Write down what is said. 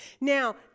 Now